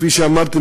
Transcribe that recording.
כפי שאמרתי,